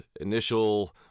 initial